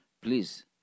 Please